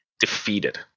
defeated